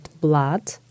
blood